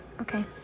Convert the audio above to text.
okay